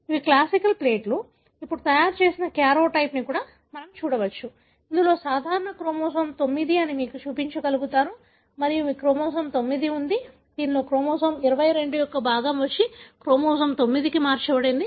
ఇవి క్లాసిక్ ప్లేట్లు అప్పుడు తయారు చేసిన కార్యోటైప్ అని మనం చూడవచ్చు ఇందులో ఇది సాధారణ క్రోమోజోమ్ 9 అని మీకు చూపించగలుగుతారు మరియు మీకు క్రోమోజోమ్ 9 ఉంది దీనిలో క్రోమోజోమ్ 22 యొక్క భాగం వచ్చి క్రోమోజోమ్ 9 కి మార్చబడింది